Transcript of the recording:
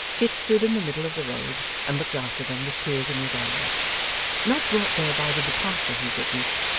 kit stood in the middle of the road, and looked after them with tears in his eyes not brought there by the departure he witnessed,